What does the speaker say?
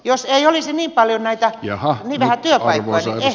jos ei olisi niin vähän työpaikkoja